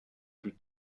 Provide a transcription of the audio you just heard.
plus